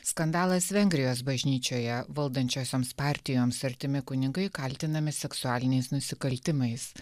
skandalas vengrijos bažnyčioje valdančiosioms partijoms artimi kunigai kaltinami seksualiniais nusikaltimais